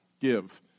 Give